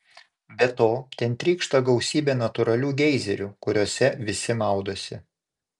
be to ten trykšta gausybė natūralių geizerių kuriuose visi maudosi